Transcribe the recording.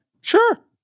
Sure